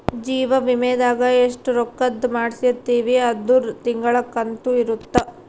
ಜೀವ ವಿಮೆದಾಗ ಎಸ್ಟ ರೊಕ್ಕಧ್ ಮಾಡ್ಸಿರ್ತಿವಿ ಅದುರ್ ತಿಂಗಳ ಕಂತು ಇರುತ್ತ